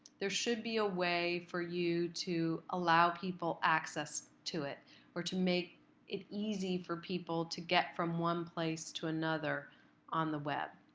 there should be a way for you to allow people access to it or to make it easy for people to get from one place to another on the web.